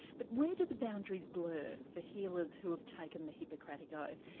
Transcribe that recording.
but where do the boundaries blur for healers who have taken the hippocratic oath?